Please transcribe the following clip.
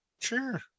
Sure